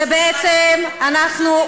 שבעצם אנחנו,